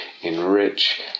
enrich